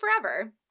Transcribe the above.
forever